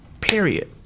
period